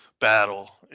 battle